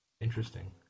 Interesting